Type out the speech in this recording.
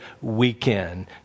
weekend